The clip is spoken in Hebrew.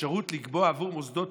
אפשרות לקבוע עבור מוסדות